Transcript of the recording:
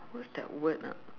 what's that word ah